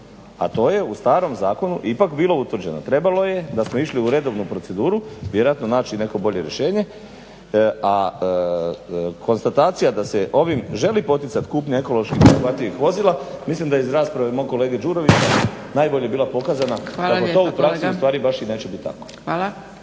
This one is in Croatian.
a to je u starom zakonu ipak bilo utvrđeno. Trebalo je da smo išli u redovnu proceduru vjerojatno naći i neko bolje rješenje, a konstatacija da se ovim želi poticati kupnja ekološki prihvatljivih vozila mislim da je iz rasprave mog kolege Đurovića najbolje bila pokazana kako to u praksi u stvari baš i neće biti tako.